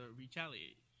retaliate